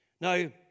Now